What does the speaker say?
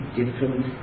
different